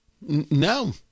no